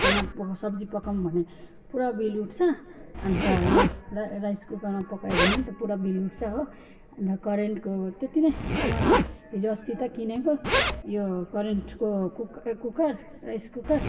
खाना पका सब्जी पकाउँ भने पुरा बिल उठ्छ अन्त यो राइ राइस कुकरमा पकायो भने नि त पुरा बिल उठ्छ हो अन्त करेन्टको त्यति नै सामान छ हिजोअस्ति त किनेको यो करेन्टको कुक् कुकर राइस कुकर